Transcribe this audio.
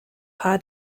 pas